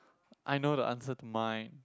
I know the answer to mine